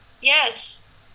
yes